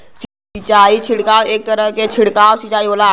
सिंचाई छिड़काव एक तरह क छिड़काव सिंचाई होला